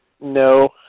No